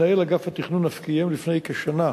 מנהל אגף התכנון אף קיים לפני כשנה